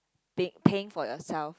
pi~ paying for yourself